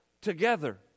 together